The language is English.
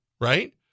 Right